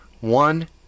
one